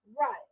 Right